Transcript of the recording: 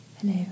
Hello